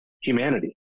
humanity